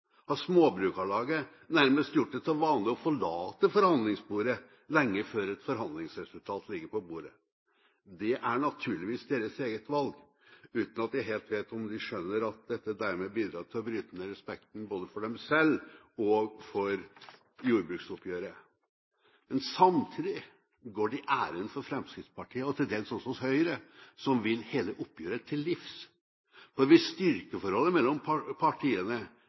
har Småbrukarlaget nærmest gjort det til vane å forlate forhandlingsbordet lenge før et forhandlingsresultat ligger på bordet. Det er naturligvis deres eget valg, uten at jeg helt vet om de skjønner at dette dermed bidrar til å bryte ned respekten både for dem selv og for jordbruksoppgjøret. Men samtidig går de ærend for Fremskrittspartiet og til dels også for Høyre, som vil hele oppgjøret til livs. For hvis styrkeforholdet mellom partiene